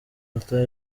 luther